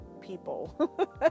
people